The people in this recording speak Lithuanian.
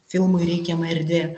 filmui reikiama erdvė